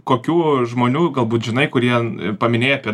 kokių žmonių galbūt žinai kurie paminėjai apie